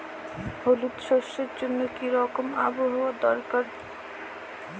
হলুদ সরষে জন্য কি রকম আবহাওয়ার দরকার?